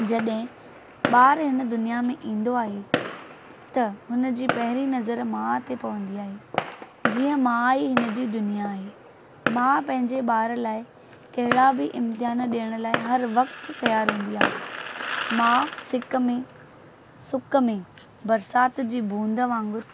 जॾहिं ॿारु हिन दुनिया में ईंदो आहे त हुनजी पहिरीं नज़र मां ते पवंदी आहे जीअं मां ई हिन जी दुनिया आहे मां पंहिंजे ॿार लाइ कहिड़ा बि इम्तिहान ॾियण लाइ हर वक़्तु तयारु हूंदी आहे मां सिक में सुक में बरसाति जी बूंद वांगुरु